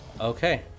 Okay